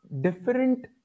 different